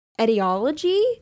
etiology